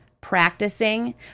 practicing